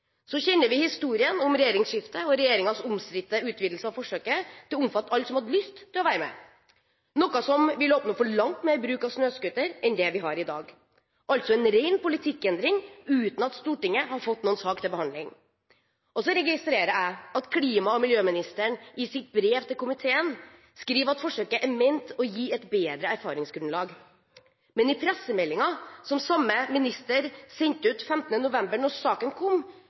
Så kjenner vi historien om regjeringsskiftet og regjeringens omstridte utvidelse av forsøket til å omfatte alle som hadde lyst til å være med, noe som vil åpne opp for langt mer omfattende bruk av snøscooter enn vi har i dag. Det dreier seg altså om en ren politikkendring, uten at Stortinget har fått noen sak til behandling. Så registrerer jeg at klima- og miljøministeren i sitt brev til komiteen skriver at forsøket er ment å gi et bedre erfaringsgrunnlag. Men i pressemeldingen, som samme minister sendte ut den 15. november da saken kom,